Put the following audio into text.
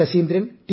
Saseendran T